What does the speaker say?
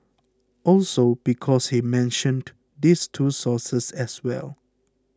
also because he mentioned these two sources as well